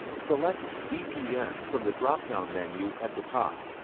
select vpn from the dropdown menu at the top.